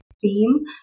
theme